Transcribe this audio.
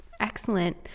excellent